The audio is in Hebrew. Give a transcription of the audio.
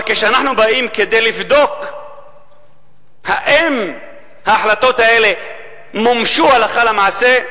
אבל כשאנחנו באים לבדוק אם ההחלטות האלה מומשו הלכה למעשה,